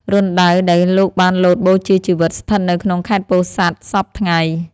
រណ្ដៅដែលលោកបានលោតបូជាជីវិត ស្ថិតនៅក្នុងខេត្តពោធិ៍សាត់សព្វថ្ងៃ។